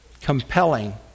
compelling